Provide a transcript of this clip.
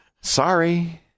Sorry